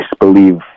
disbelieve